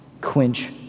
quench